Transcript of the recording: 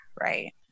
right